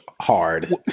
Hard